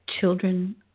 children